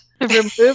Remove